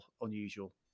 unusual